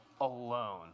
alone